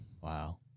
Wow